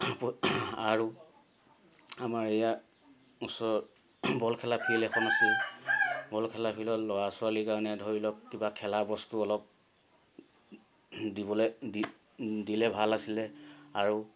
আৰু আমাৰ ইয়াত ওচৰত বলখেলা ফিল্ড এখন আছিল বলখেলা ফিল্ডত ল'ৰা ছোৱালীৰ কাৰণে ধৰি লওক কিবা খেলাবস্তু অলপ দিবলৈ দিলে ভাল আছিলে আৰু